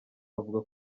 avuga